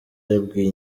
yabwiye